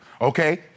okay